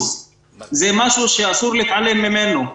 זה משהו שאסור להתעלם ממנו.